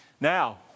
Now